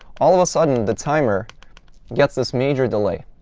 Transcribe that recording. all of a sudden, the timer gets this major delay.